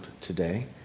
today